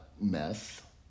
meth